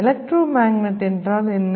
electro magnet என்றால் என்ன